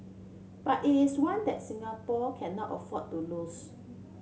but it is one that Singapore cannot afford to lose